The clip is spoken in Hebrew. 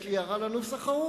יש לי הערה לנוסח ההוא,